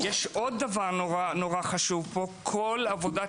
יש עוד דבר נורא חשוב פה כל דבר עבודת